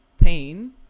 pain